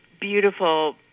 beautiful